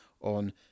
on